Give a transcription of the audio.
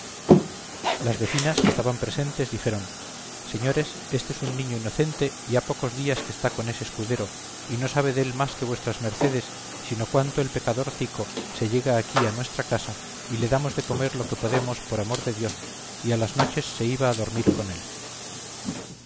las vecinas que estaban presentes dijeron señores éste es un niño inocente y ha pocos días que está con ese escudero y no sabe dél más que vuestras merecedes sino cuánto el pecadorcico se llega aquí a nuestra casa y le damos de comer lo que podemos por amor de dios y a las noches se iba a dormir con él